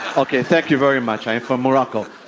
okay, thank you very much. i'm from morocco.